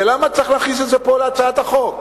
ולמה צריך להכניס את זה פה, בהצעת החוק?